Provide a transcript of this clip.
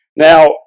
Now